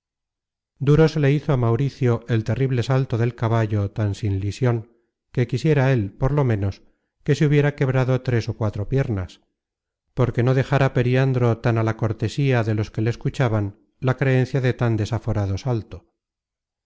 duro se le hizo á mauricio el terrible salto del caballo tan sin lision que quisiera él por lo menos que se hubiera quebrado tres ó cuatro piernas porque no dejara periandro tan á la cortesía de los que le escuchaban la creencia de tan desaforado salto